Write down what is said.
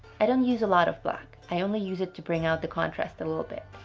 i don't use a lot of black. i only use it to bring out the contrast a little bit.